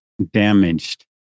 damaged